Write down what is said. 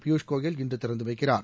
பியூஷ் கோயல் இன்று திறந்து வைக்கிறார்